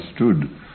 understood